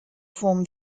form